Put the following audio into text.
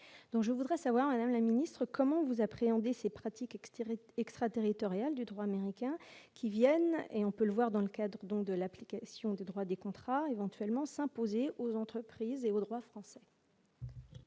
je voudrais savoir, Madame la Ministre, comment vous appréhendez ces pratiques extérieures extraterritorial du droit américain, qui viennent et on peut le voir dans le cadre donc de l'application du droit des contrats éventuellement s'imposer aux entreprises et au droit français.